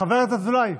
חבר הכנסת אזולאי,